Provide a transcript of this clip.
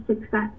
success